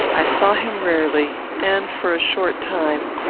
i saw him rarely, and for a short time,